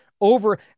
over